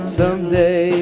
someday